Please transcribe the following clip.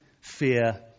fear